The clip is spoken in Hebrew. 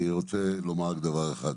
אני רוצה לומר רק דבר אחד.